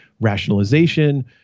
rationalization